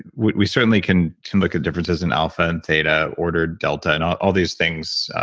we certainly can can look at differences in alpha and theta order delta and all all these things,